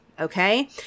Okay